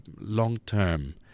long-term